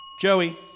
Joey